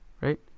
right